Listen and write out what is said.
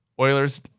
Oilers